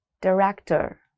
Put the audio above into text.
Director